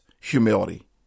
humility